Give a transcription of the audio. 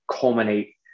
culminate